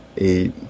Eight